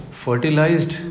fertilized